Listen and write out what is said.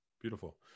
Beautiful